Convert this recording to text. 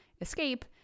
escape